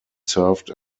served